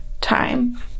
time